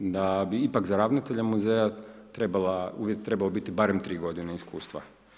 Da bi ipak za ravnatelja muzeja uvjet trebao biti barem 3 godine iskustva.